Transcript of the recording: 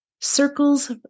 Circles